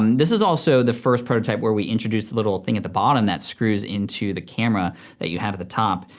this is also the first prototype where we introduced the little thing at the bottom that screws into the camera that you have at the top,